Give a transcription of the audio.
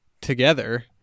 together